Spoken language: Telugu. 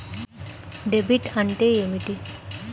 డెబిట్ అంటే ఏమిటి?